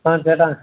ആ ചേട്ടാ